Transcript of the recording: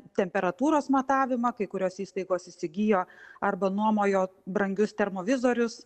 temperatūros matavimą kai kurios įstaigos įsigijo arba nuomojo brangius termovizorius